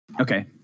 okay